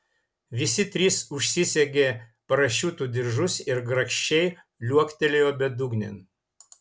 visi trys užsisegė parašiutų diržus ir grakščiai liuoktelėjo bedugnėn